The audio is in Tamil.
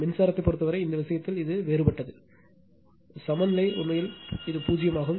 மின்சாரத்தைப் பொறுத்தவரை இந்த விஷயத்தில் இது வேறுபட்டது சமநிலை உண்மையில் பூஜ்ஜியமாகும்